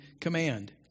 command